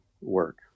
work